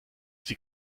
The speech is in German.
sie